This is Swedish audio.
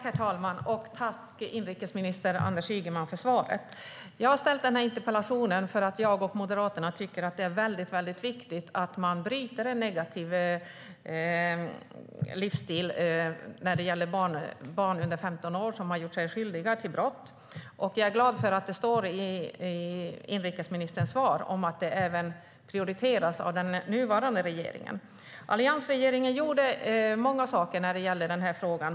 Herr talman! Jag tackar inrikesminister Anders Ygeman för svaret. Jag har ställt den här interpellationen för att jag och Moderaterna tycker att det är väldigt viktigt att man bryter en negativ livsstil när det gäller barn under 15 år som har gjort sig skyldiga till brott. Jag är glad över att det står i inrikesministerns svar att detta prioriteras även av den nuvarande regeringen. Alliansregeringen gjorde många saker i den här frågan.